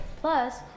plus